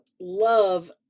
love